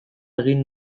egin